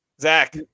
Zach